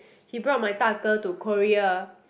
he brought my 大哥 to Korea